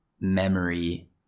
memory